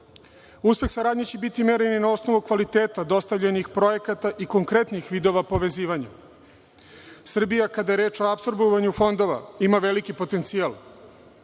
Uspeh saradnje će biti meren i na osnovu kvaliteta dostavljenih projekata i konkretnih vidova povezivanja. Srbija, kada je reč o apsorbovanju fondova ima veliki potencijal.